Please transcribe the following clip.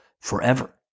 forever